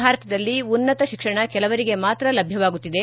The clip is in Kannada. ಭಾರತದಲ್ಲಿ ಉನ್ನತ ಶಿಕ್ಷಣ ಕೆಲವರಿಗೆ ಮಾತ್ರ ಲಭ್ಯವಾಗುತ್ತಿದೆ